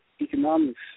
economics